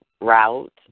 route